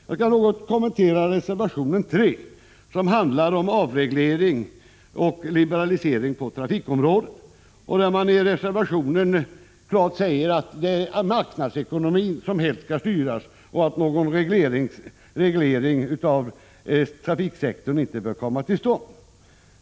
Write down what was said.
Jag skall något kommentera reservation 3, som handlar om avreglering och liberalisering på trafikområdet. I den reservationen sägs klart att marknadsekonomin helt skall styra och att reglering av trafiksektorn inte bör komma till stånd.